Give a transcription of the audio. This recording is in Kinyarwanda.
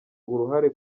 uruhare